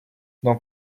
dans